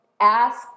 ask